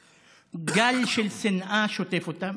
וגל של שנאה שוטף אותם,